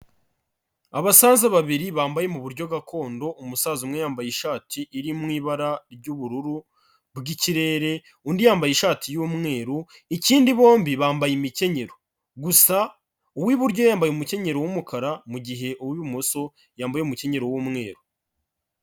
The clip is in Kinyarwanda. Abasaza babiri bambaye mu buryo gakondo, umusaza umwe yambaye ishati iri mu ibara ry'ubururu bw'ikirere, undi yambaye ishati y'umweru, ikindi bombi bambaye imikenyero, gusa uw'iburyo yambaye umukenyero w'umukara, mu gihe uw'ibumoso yambaye umukenyero w'umweru.